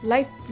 Life